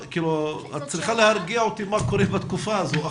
את צריכה להרגיע אותי מה קורה בתקופה הזו.